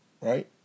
Right